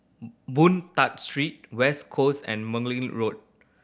Boon Tat Street West Coast and Margoliouth Road